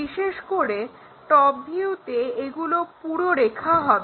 বিশেষ করে টপ ভিউতে এগুলো পুরো রেখা হবে